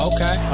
Okay